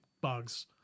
bugs